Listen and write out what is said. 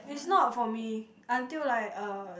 is not for me until like uh